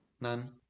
none